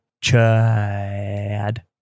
Chad